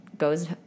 goes